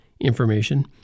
information